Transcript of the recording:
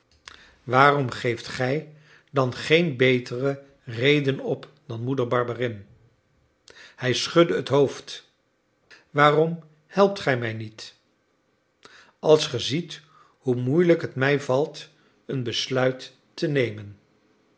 waarom geeft gij dan geen betere reden op dan moeder barberin hij schudde het hoofd waarom helpt gij mij niet als ge ziet hoe moeilijk het mij valt een besluit te nemen